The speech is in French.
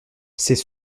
c’est